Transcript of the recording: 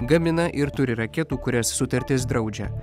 gamina ir turi raketų kurias sutartis draudžia